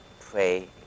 Pray